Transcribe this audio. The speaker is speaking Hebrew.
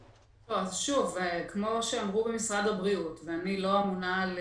שוב, כמו שאמרו במשרד הבריאות ואני לא אמונה על